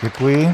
Děkuji.